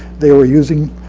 they were using